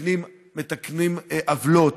מתקנות עוולות,